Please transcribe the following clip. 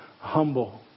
humble